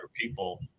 people